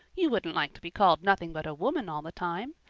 you wouldn't like to be called nothing but a woman all the time.